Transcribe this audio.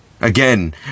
Again